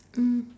mm